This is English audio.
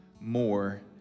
more